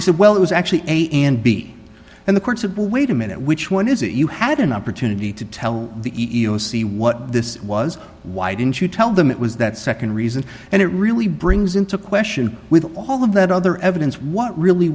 they said well it was actually a and b and the courts had will wait a minute which one is it you had an opportunity to tell the e e o c what this was why didn't you tell them it was that nd reason and it really brings into question with all of that other evidence what really